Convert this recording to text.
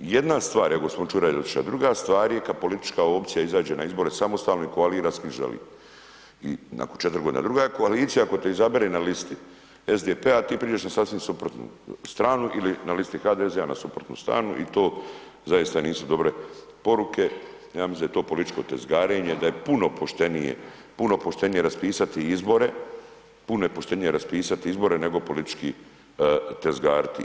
jedna stvar je, evo gospodin Čuraj je, ... druga stvar je kada politička opcija izađe na izbore samostalno i koalira s kim želi i, nakon 4 godine, a druga je koalicija ako te izabere na listi SDP a ti pređeš na sasvim suprotnu stranu ili na listi HDZ-a na suprotnu stranu i to zaista nisu dobre poruke i ja mislim da je to političko tezgarenje, da je puno poštenije, puno poštenije raspisati izbore, puno je poštenije raspisati izbore nego politički tezgariti.